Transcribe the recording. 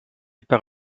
par